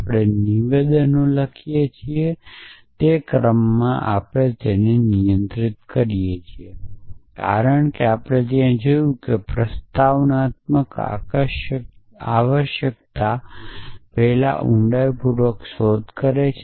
આપણે નિવેદનો લખીએ છીએ તે ક્રમમાં આપણે તેને નિયંત્રિત કરીએ છીએ કારણ કે ત્યાં આપણે જોયું છે કે પ્રસ્તાવનાત્મક આવશ્યકતા પહેલા ઉંડાઈપૂર્વક શોધ કરે છે